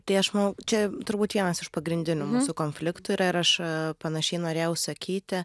tai aš manau čia turbūt vienas iš pagrindinių mūsų konfliktų yra ir aš panašiai norėjau sakyti